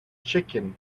chicken